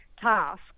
task